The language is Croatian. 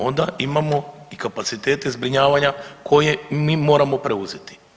Onda imamo i kapacitete zbrinjavanja koje mi moramo preuzeti.